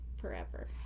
forever